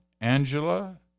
Angela